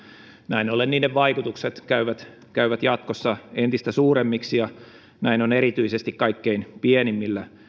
näin ollen niiden vaikutukset käyvät käyvät jatkossa entistä suuremmiksi näin on erityisesti kaikkein pienimmillä